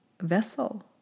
vessel